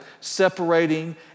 separating